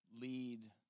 lead